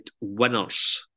winners